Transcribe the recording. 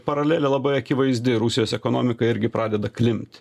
paralelė labai akivaizdi rusijos ekonomika irgi pradeda klimpt